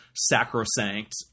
sacrosanct